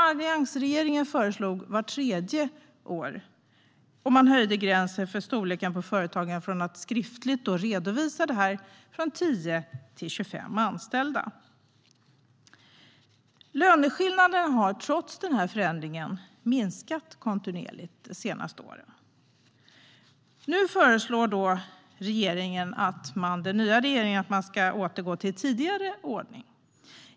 Alliansregeringen föreslog vart tredje år och höjde gränsen för storleken på företag för när detta ska redovisas skriftligt från 10 anställda till 25 anställda. Löneskillnaderna har trots den förändringen minskat kontinuerligt de senaste åren. Nu föreslår den nya regeringen att man ska återgå till tidigare ordning.